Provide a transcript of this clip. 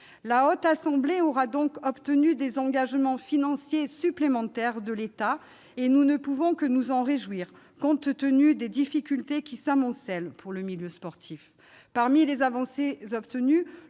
La Haute Assemblée aura donc obtenu des engagements financiers supplémentaires de l'État. Nous ne pouvons que nous en réjouir compte tenu des difficultés qui s'amoncellent pour le milieu sportif. Parmi les avancées obtenues,